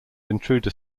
intruder